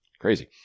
crazy